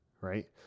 right